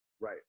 Right